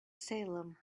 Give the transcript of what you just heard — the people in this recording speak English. salem